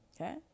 okay